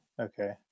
Okay